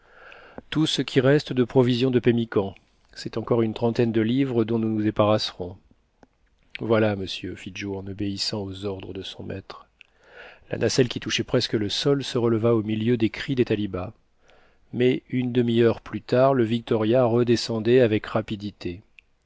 tout ce qui reste de provision de pemmican c'est encore une trentaine de livres dont nous nous débarrasserons voilà monsieur fit joe en obéissant aux ordres de son maître la nacelle qui touchait presque le sol se releva au milieu des cris des talibas mais une demi-heure plus tard le victoria redescendait avec rapidité